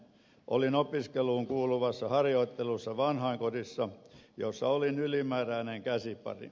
olin opiskeluun kuuluvassa harjoittelussa vanhainkodissa jossa olin ylimääräinen käsipari